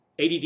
ADD